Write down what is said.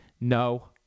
No